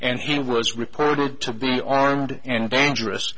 and he was reported to be armed and dangerous